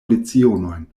lecionojn